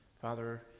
Father